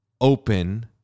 open